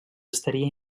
estaria